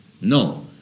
No